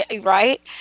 Right